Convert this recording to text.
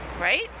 right